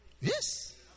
Yes